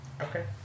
Okay